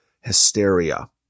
hysteria